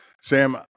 Sam